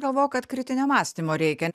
galvoju kad kritinio mąstymo reikia